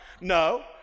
No